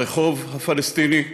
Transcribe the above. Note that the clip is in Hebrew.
ברחוב הפלסטיני ובתקשורת,